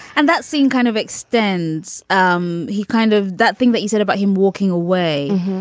and that scene kind of extends um he kind of that thing that you said about him walking away.